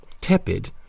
Tepid